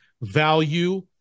value